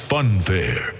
Funfair